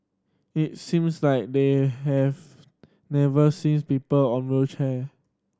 it seems like they have never seen people on wheelchair